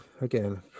again